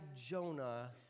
Jonah